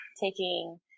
taking